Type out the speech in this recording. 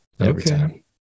Okay